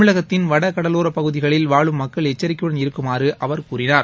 தமிழகத்தின் வட கடலோர பகுதிகளில் வாழும் மக்கள் எச்சரிக்கையுடன் இருக்குமாறு அவர் கூறினார்